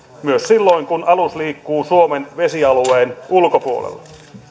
myös silloin kun alus liikkuu suomen vesialueen ulkopuolella